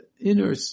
inner